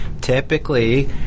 typically